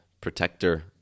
protector